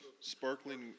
Sparkling